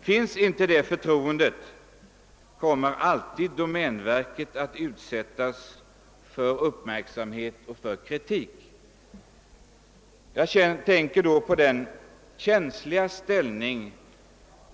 Finns inte ett sådant förtroende från deras sida kommer domänverket alltid att utsättas för en kritisk uppmärksamhet. Jag tänker här på den känsliga ställning